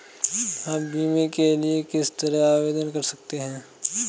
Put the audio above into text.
हम बीमे के लिए किस तरह आवेदन कर सकते हैं?